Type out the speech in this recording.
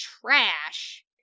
trash